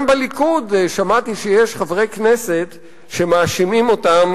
גם בליכוד שמעתי שיש שרים וחברי כנסת שמאשימים אותם